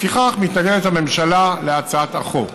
לפיכך, מתנגדת הממשלה להצעת החוק.